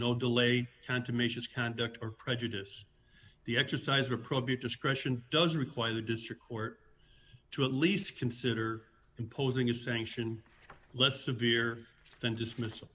confirmations conduct or prejudice the exercise of appropriate discretion does require the district court to at least consider imposing a sanction less severe than dismiss